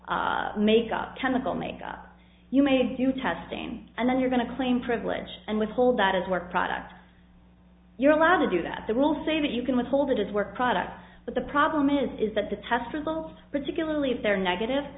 certain makeup chemical makeup you may do testing and then you're going to claim privilege and withhold that as work product you're allowed to do that they will say that you can withhold it is work product but the problem is that the test results particularly if they're negative